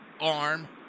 arm